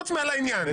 חוץ מעל העניין.